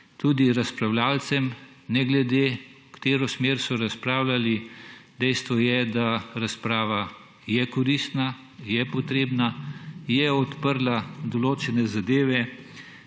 tudi razpravljavcem, ne glede na to, v katero smer so razpravljali, dejstvo je, da je razprava koristna, je potrebna, je odprla določene zadeve.